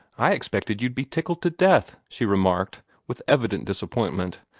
i expected you'd be tickled to death, she remarked, with evident disappointment.